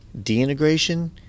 deintegration